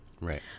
right